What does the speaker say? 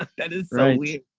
that is right we,